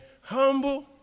humble